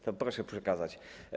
To proszę przekazać.